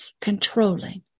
controlling